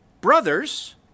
brothers